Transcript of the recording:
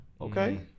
okay